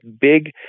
big